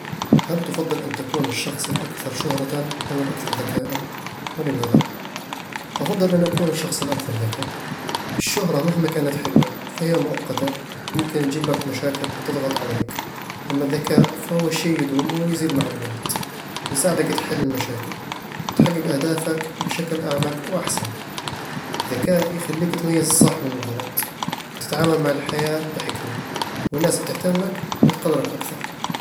هل تفضل أن تكون الشخص الأكثر شهرةً أم الأكثر ذكاءً؟ ولماذا؟ أفضّل أكون الشخص الأكثر ذكاءً الشهرة مهما كانت حلوة، فهي مؤقتة ويمكن تجيب لك مشاكل وتضغط عليك. أما الذكاء، فهو شي يدوم ويزيد مع الوقت، ويساعدك تحل المشاكل وتحقق أهدافك بشكل أعمق وأحسن الذكاء يخليك تميز الصح من الغلط وتتعامل مع الحياة بحكمة، والناس بتحترمك وبتقدرك أكثر